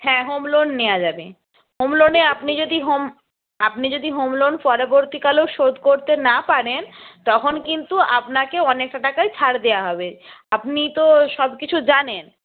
হ্যাঁ home loan নেওয়া যাবে হোম লোনে আপনি যদি হোম আপনি যদি হোম লোন পরবর্তীকালেও শোধ করতে না পারেন তখন কিন্তু আপনাকে অনেকটা টাকাই ছাড় দেওয়া হবে আপনি তো সব কিছু জানেন